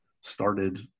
started